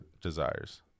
desires